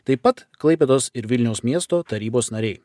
taip pat klaipėdos ir vilniaus miesto tarybos nariai